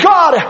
God